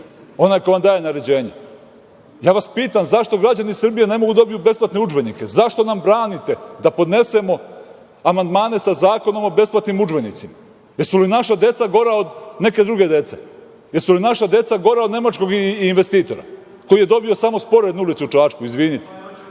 onaj ko vam daje naređenje. Ja vas pitam, zašto građani Srbije ne mogu da dobiju besplatne udžbenike? Zašto nam branite da podnesemo amandmane sa zakonom o besplatnim udžbenicima? Jesu li naša deca gora od neke druge dece? Jesu li naša deca gora od nemačkog investitora, koji je dobio samo sporednu ulicu u Čačku, izvinite?